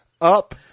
up